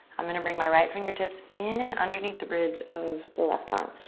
i'm gonna bring my right fingertips in and underneath the bridge of the left um